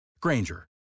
Granger